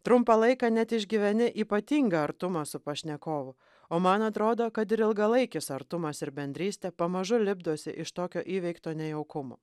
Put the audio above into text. trumpą laiką net išgyveni ypatingą artumą su pašnekovu o man atrodo kad ir ilgalaikis artumas ir bendrystė pamažu lipdosi iš tokio įveikto nejaukumo